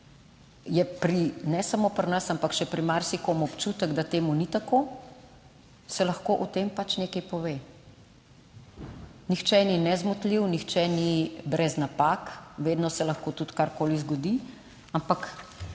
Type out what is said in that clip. je pri, ne samo pri nas ampak še pri marsikom občutek, da temu ni tako, se lahko o tem pač nekaj pove. Nihče ni nezmotljiv, nihče ni brez napak, vedno se lahko tudi karkoli zgodi, ampak